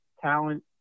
talent